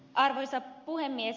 arvoisa puhemies